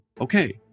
Okay